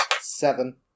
Seven